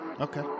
Okay